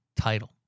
title